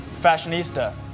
fashionista